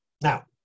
Now